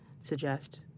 Suggest